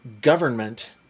government